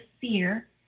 fear